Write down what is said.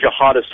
jihadist